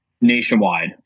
nationwide